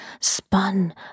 spun